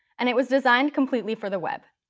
and it was designed completely for the web.